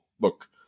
look